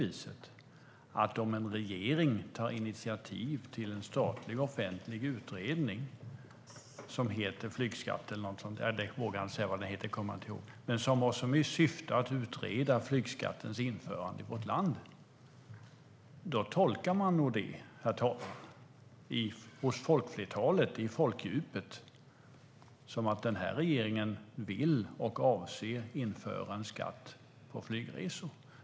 Men om regeringen tar initiativ till en statlig offentlig utredning som har som syfte att utreda flygskattens införande i vårt land tolkar man nog det, herr talman, i folkdjupet som att regeringen avser att införa en skatt på flygresor.